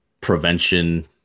prevention